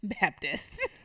Baptists